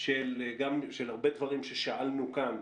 של הרבה דברים ששאלנו כאן,